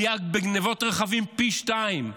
עלייה בגניבות רכבים, פי שניים.